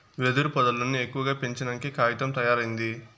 వెదురు పొదల్లను ఎక్కువగా పెంచినంకే కాగితం తయారైంది